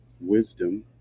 wisdom